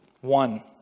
One